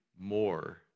more